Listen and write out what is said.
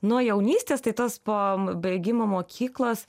nuo jaunystės tai tas po baigimo mokyklos